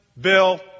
Bill